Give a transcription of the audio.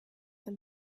them